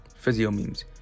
PhysioMemes